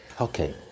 okay